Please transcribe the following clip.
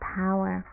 power